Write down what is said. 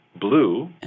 Blue